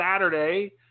saturday